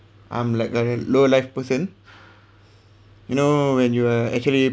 I'm like a low life person you know when you are actually